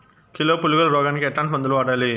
Kilo పులుగుల రోగానికి ఎట్లాంటి మందులు వాడాలి?